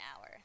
hour